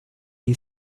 die